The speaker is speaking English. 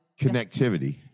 connectivity